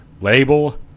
Label